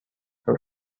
her